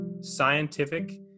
scientific